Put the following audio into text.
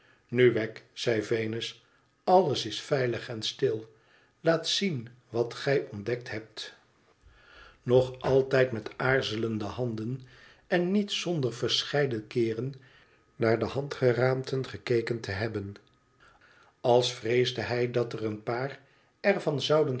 nu wegg zei venus alles is veilig en stil laat zien wat gij ontdekt hebt nog altijd met aarzelende handen en